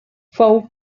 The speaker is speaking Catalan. fou